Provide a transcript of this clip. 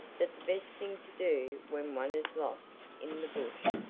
that the best thing to do when one is lost in the bush,